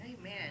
Amen